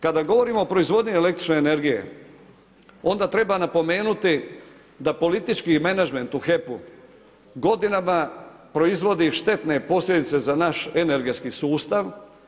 Kada govorimo o proizvodnji električne energije onda treba napomenuti da politički menadžment u HEP-u godinama proizvodi štetne posljedice za naš energetski sustav.